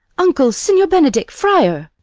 uncle! signior benedick! friar!